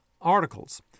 articles